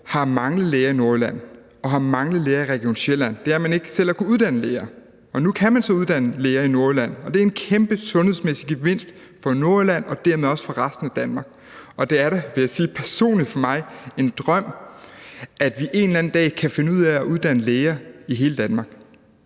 har manglet læger i Nordjylland og har manglet læger i Region Sjælland er, at man ikke selv har kunnet uddanne læger. Nu kan man så uddanne læger i Nordjylland, og det er en kæmpe sundhedsmæssig gevinst for Nordjylland og dermed også for resten af Danmark. Og det er da, vil jeg sige, personligt for mig en drøm, at vi en eller anden dag kan finde ud af at uddanne læger i hele Danmark.